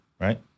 right